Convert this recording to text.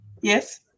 Yes